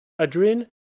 Adrin